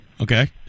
Okay